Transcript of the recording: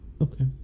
Okay